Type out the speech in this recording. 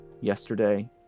Yesterday